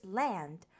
land